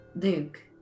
Luke